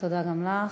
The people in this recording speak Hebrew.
תודה גם לך.